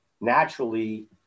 naturally